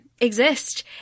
exist